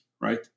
right